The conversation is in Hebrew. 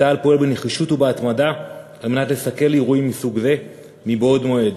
צה"ל פועל בנחישות ובהתמדה על מנת לסכל אירועים מסוג זה מבעוד מועד.